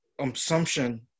assumption